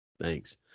Thanks